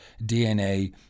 DNA